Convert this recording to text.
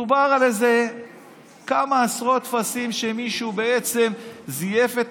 דובר על כמה עשרות טפסים שמישהו בעצם זייף את